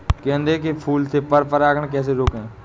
गेंदे के फूल से पर परागण कैसे रोकें?